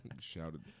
Shouted